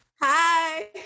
Hi